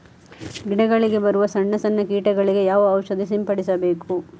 ಗಿಡಗಳಿಗೆ ಬರುವ ಸಣ್ಣ ಸಣ್ಣ ಕೀಟಗಳಿಗೆ ಯಾವ ಔಷಧ ಸಿಂಪಡಿಸಬೇಕು?